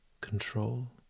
control